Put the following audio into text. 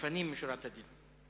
לפנים משורת הדין.